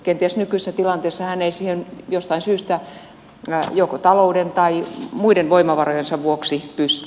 kenties nykyisessä tilanteessa hän ei siihen jostain syystä joko talouden tai muiden voimavarojensa vuoksi pysty